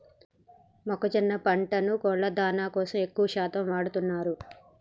మొక్కజొన్న పంటను కోళ్ళ దానా కోసం ఎక్కువ శాతం వాడుతున్నారు